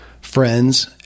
friends